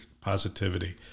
positivity